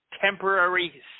temporary